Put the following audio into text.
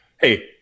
Hey